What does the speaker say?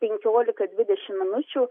penkioliką dvidešim minučių